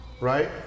Right